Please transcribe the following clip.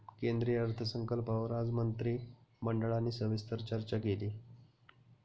केंद्रीय अर्थसंकल्पावर आज मंत्रिमंडळाने सविस्तर चर्चा केली